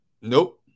Nope